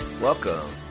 Welcome